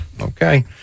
Okay